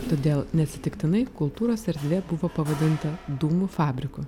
todėl neatsitiktinai kultūros erdvė buvo pavadinta dūmų fabriku